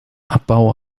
abbau